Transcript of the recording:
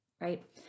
right